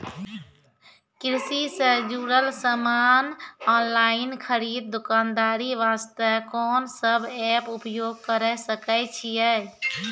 कृषि से जुड़ल समान ऑनलाइन खरीद दुकानदारी वास्ते कोंन सब एप्प उपयोग करें सकय छियै?